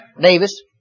Davis